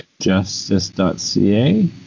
Justice.ca